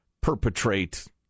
perpetrate